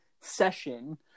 session